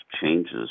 changes